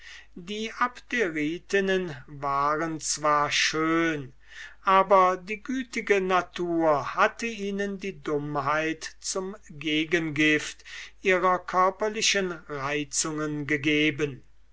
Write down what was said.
die abderitinnen waren zwar schön aber die gütige natur hatte ihnen die dummheit zum gegengift ihrer körperlichen reizungen gegeben